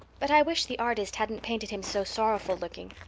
but i wish the artist hadn't painted him so sorrowful looking.